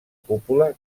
cúpula